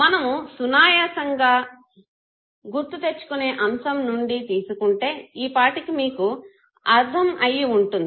మనము సునాయాసంగా గుర్తు తెచ్చుకునే అంశం నుండి తీసుకుంటే ఈ పాటికే మీకు అర్ధం అయి ఉంటుంది